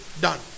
done